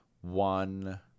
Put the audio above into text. one